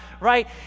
right